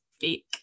fake